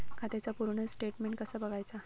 खात्याचा पूर्ण स्टेटमेट कसा बगायचा?